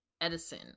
edison